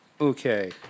Okay